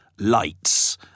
lights